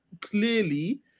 clearly